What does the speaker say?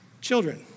Children